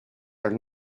are